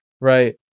right